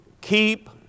keep